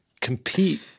compete